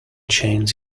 chains